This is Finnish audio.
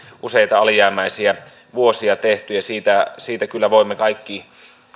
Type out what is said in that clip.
useita alijäämäisiä vuosia tehty ja siitä siitä kyllä voimme kaikki